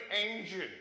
engine